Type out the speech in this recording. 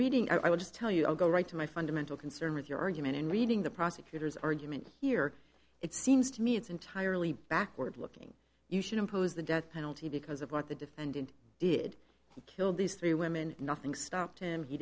reading i would just tell you i'll go right to my fundamental concern with your argument and reading the prosecutor's argument here it seems to me it's entirely backward looking you should impose the death penalty because of what the defendant did he killed these three women nothing stopped him he